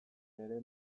ere